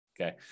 Okay